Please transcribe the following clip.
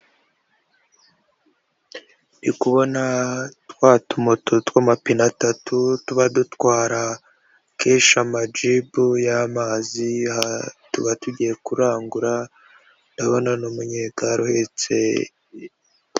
Ndii kubona twa tumoto tw'amapine atatu tuba dutwara kenshi amajibu y'amazi, tuba tugiye kurangura. Ndabona n'umunyegari uhetse.